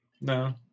no